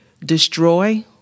destroy